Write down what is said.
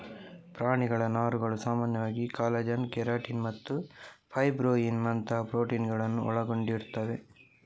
ಪ್ರಾಣಿಗಳ ನಾರುಗಳು ಸಾಮಾನ್ಯವಾಗಿ ಕಾಲಜನ್, ಕೆರಾಟಿನ್ ಮತ್ತು ಫೈಬ್ರೋಯಿನ್ ನಂತಹ ಪ್ರೋಟೀನುಗಳನ್ನ ಒಳಗೊಂಡಿರ್ತವೆ